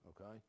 okay